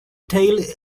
tail